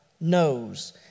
knows